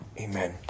Amen